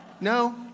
No